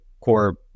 core